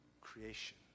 creation